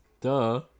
Duh